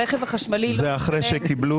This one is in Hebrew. הרכב החשמלי לא משלם